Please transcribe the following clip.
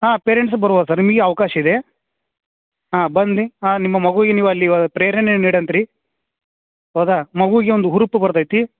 ಹಾಂ ಪೇರೆಂಟ್ಸು ಬರ್ಬೋದು ಸರ್ ನಿಮಗೆ ಅವ್ಕಾಶ ಇದೆ ಹಾಂ ಬನ್ನಿ ಹಾಂ ನಿಮ್ಮ ಮಗುವಿಗೆ ನೀವು ಅಲ್ಲಿ ಪ್ರೇರಣೆ ನೀಡಂತ್ರಿ ಹೌದಾ ಮಗುಗೆ ಒಂದು ಹುರುಪು ಬರ್ತೈತೆ